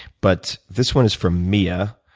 but this one is from mia,